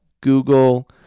Google